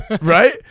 right